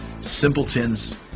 simpletons